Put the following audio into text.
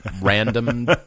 random